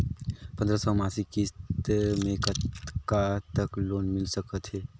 पंद्रह सौ मासिक किस्त मे कतका तक लोन मिल सकत हे?